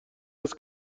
است